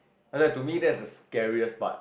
like that to me that's the scariest part